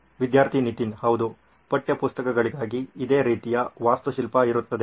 ವಿದ್ಯಾರ್ಥಿ ನಿತಿನ್ ಹೌದು ಪಠ್ಯಪುಸ್ತಕಗಳಿಗೆ ಇದೇ ರೀತಿಯ ವಾಸ್ತುಶಿಲ್ಪ ಇರುತ್ತದೆ